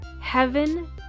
heaven